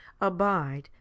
Abide